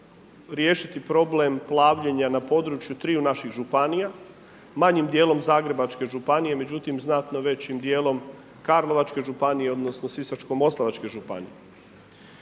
riješiti problem plavljenja na području triju naših županija, manjim dijelom Zagrebačke županije, međutim znatno većim dijelom Karlovačke županije, odnosno Sisačko-moslavačke županije.